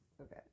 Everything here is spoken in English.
Okay